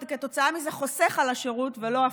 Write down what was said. וכתוצאה מזה חוסך על השירות ולא הפוך.